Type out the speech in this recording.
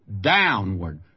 downward